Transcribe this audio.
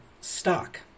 stock